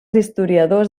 historiadors